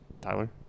Tyler